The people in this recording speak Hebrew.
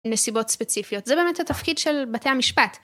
נסיבות ספציפיות זה באמת התפקיד של בתי המשפט.